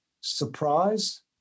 surprise